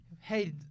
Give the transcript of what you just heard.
Hey